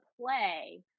play